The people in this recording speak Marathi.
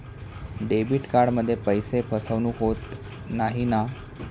डेबिट कार्डमध्ये पैसे फसवणूक होत नाही ना?